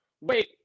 wait